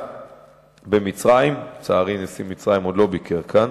המדינה במצרים, לצערי נשיא מצרים עוד לא ביקר כאן,